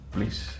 Please